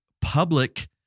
public